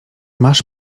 masz